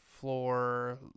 floor